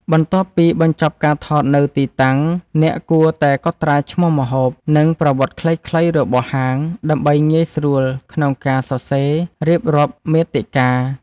បន្ទាប់ពីបញ្ចប់ការថតនៅទីតាំង អ្នកគួរតែកត់ត្រាឈ្មោះម្ហូប និងប្រវត្តិខ្លីៗរបស់ហាង ដើម្បីងាយស្រួលក្នុងការសរសេររៀបរាប់មាតិកា។